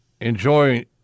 enjoy